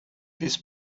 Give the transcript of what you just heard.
this